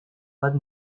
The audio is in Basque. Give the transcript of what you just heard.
bat